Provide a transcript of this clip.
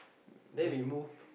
then we move